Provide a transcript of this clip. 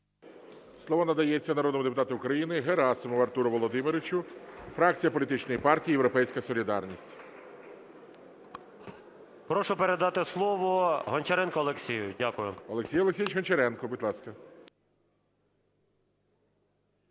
Слово надається народному депутату України Герасимову Артуру Володимировичу, фракція політичної партії "Європейська солідарність". 12:52:31 ГЕРАСИМОВ А.В. Прошу передати слово Гончаренку Олексію. Дякую. ГОЛОВУЮЧИЙ. Олексій Олексійович Гончаренко, будь ласка.